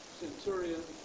centurion